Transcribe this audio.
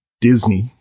Disney